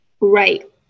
Right